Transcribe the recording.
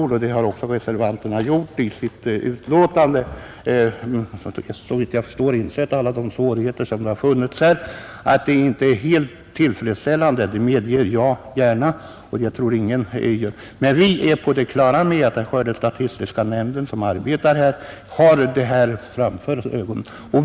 Reservanterna har såvitt jag förstår insett alla de svårigheter som här har funnits, och de konstaterar att förhållandena inte är helt tillfredsställande. Det medger jag gärna. Men vi är på det klara med att den skördestatistiska nämnden har dessa problem för ögonen.